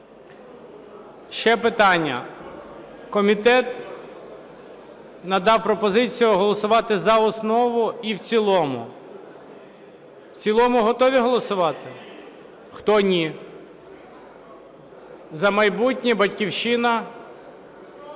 Ще питання. Комітет надав пропозицію голосувати за основу і в цілому. В цілому готові голосувати? Хто – ні? "За майбутнє", "Батьківщина".